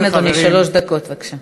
כן, אדוני, שלוש דקות, בבקשה.